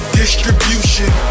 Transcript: distribution